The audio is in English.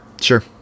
Sure